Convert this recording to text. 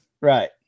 Right